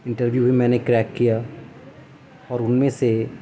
interview بھی میں نے کریک کیا اور ان میں سے